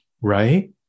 Right